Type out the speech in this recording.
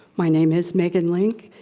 my name is megan link.